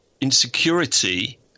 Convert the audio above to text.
insecurity